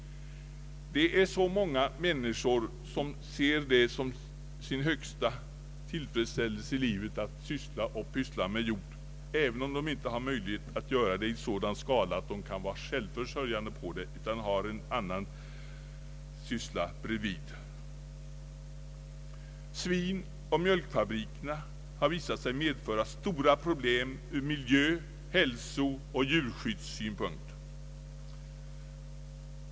Det är så många människor som ser det som sin största tillfredsställelse i livet att syssla med jord, även om de inte har möjlighet att göra det i sådan skala att de kan försörja sig på det utan har en annan syssla bredvid. Svinoch mjölkfabrikerna har visat sig medföra stora problem ur miljö-, hälsooch djurskyddssynpunkt.